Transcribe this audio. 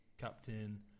Captain